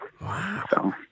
Wow